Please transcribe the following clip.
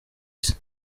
isi